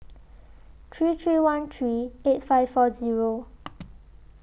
three three one three eight five four Zero